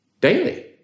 daily